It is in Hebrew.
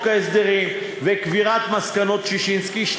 ההסדרים וקבירת מסקנות ועדת ששינסקי 2,